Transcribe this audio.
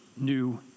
new